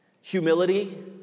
humility